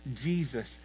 Jesus